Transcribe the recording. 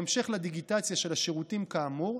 בהמשך לדיגיטציה של השירותים כאמור,